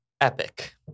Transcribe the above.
epic